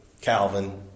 Calvin